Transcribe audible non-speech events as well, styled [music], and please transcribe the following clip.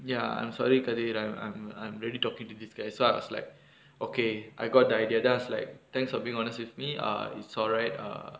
ya I'm sorry kathir I'm I'm I'm really talking to this guy so I was like [breath] okay I got the idea then I was like thanks for being honest with me ah it's alright ah